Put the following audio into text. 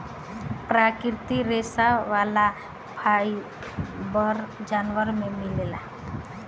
प्राकृतिक रेशा वाला फाइबर जानवर में मिलेला